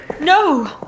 No